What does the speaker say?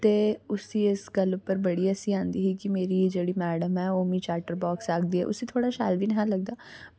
ते उस्सी इस गल्ल पर बड़ी हसीं आंदी ऐ की मेरी जेह्ड़ी ओह् मैडम ऐ मिगी ओह् चैटर बॉक्स आक्खदी ऐ थोह्ड़ा शैल बी निं हा लगदा